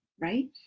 right